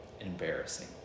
embarrassing